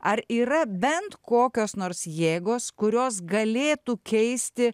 ar yra bent kokios nors jėgos kurios galėtų keisti